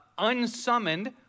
unsummoned